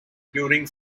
during